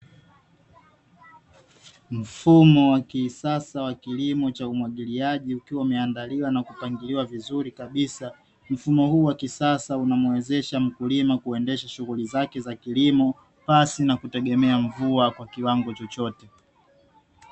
Mfumo wa kisasa wa kilimo cha umwagiliaji ukiwa umeandaliwa na kupangiliwa vizuri kabisa. Mfumo huu wa kisasa unamwezesha mkulima kuendesha shughuli zake za kilimo pasi na kutegemea mvua kwa kiwango chochote.